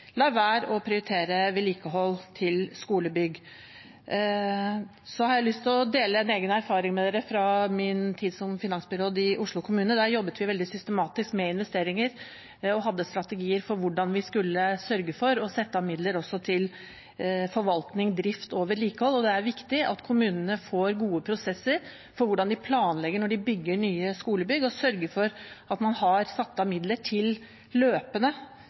være å prioritere vedlikehold av skolebygg. Jeg har lyst til å dele med dere en egen erfaring fra min tid som finansbyråd i Oslo kommune. Der jobbet vi veldig systematisk med investeringer og hadde strategier for hvordan vi skulle sørge for å sette av midler også til forvaltning, drift og vedlikehold. Det er viktig at kommunene får gode prosesser for hvordan de planlegger når de bygger nye skolebygg og sørger for å ha satt av midler til løpende